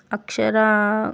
అక్షరా